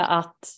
att